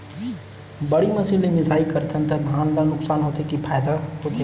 बड़ी मशीन ले मिसाई करथन त धान ल नुकसान होथे की फायदा होथे?